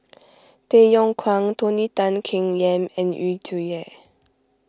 Tay Yong Kwang Tony Tan Keng Yam and Yu Zhuye